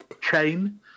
chain